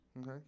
Okay